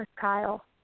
Kyle